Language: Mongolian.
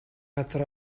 газар